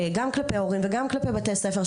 גם כלפי ההורים וגם כלפי בתי הספר,